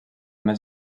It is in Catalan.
més